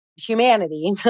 humanity